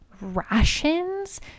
rations